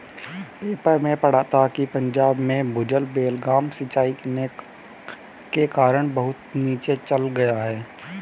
paper में पढ़ा था कि पंजाब में भूजल बेलगाम सिंचाई के कारण बहुत नीचे चल गया है